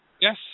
Yes